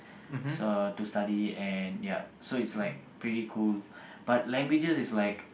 so to study and ya so it's like pretty cool but languages is like